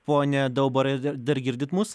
pone daubarai ar dar dar girdit mus